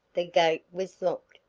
the gate was locked,